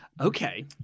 Okay